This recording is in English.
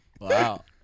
Wow